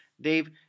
Dave